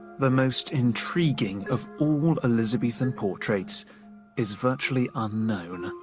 the most intriguing of all elizabethan portraits is virtually unknown.